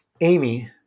Amy